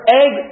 egg